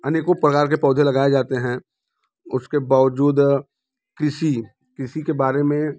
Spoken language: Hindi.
अनेकों प्रकार के पौधे लगाए जाते हैं उसके बावजूद कृषि कृषि के बारे में